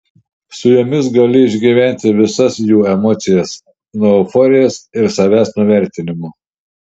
su jomis gali išgyventi visas jų emocijas nuo euforijos ir savęs nuvertinimo